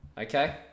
Okay